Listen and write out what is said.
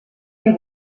que